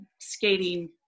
skating